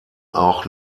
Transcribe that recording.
auch